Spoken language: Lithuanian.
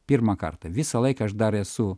pirmą kartą visą laiką aš dar esu